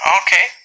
okay